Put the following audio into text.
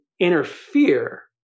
Interfere